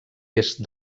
est